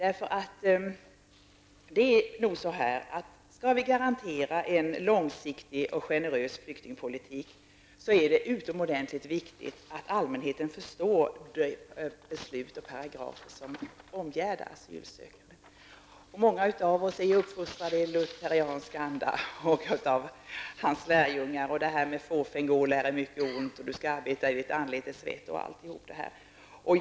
Skall vi kunna garantera en långsiktig och generös flyktingpolitik är det utomordentligt viktigt att allmänheten förstår de beslut och paragrafer som omgärdar asylsökandet. Många av oss är uppfostrade i luthersk anda och har hört från Luthers lärjungar om att fåfäng gå lär mycket ont och att du skall arbeta i ditt anletes svett osv.